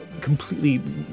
completely